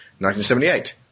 1978